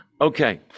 Okay